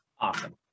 awesome